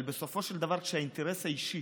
אבל בסופו של דבר, כשהאינטרס האישי